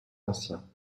anciens